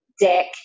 deck